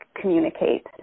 communicate